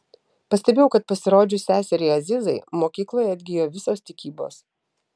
pastebėjau kad pasirodžius seseriai azizai mokykloje atgijo visos tikybos